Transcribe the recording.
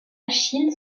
achille